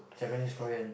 Japanese Korean